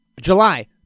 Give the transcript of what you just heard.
July